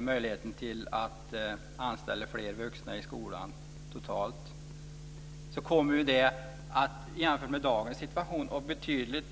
möjligheten att anställa fler vuxna i skolan totalt att flytta fram positionerna betydligt.